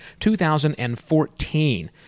2014